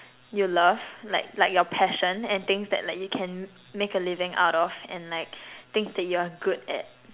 you love like like your passion and things that like you can make a living out of and like things that you're good at